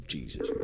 Jesus